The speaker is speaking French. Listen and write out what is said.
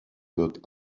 note